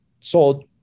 sold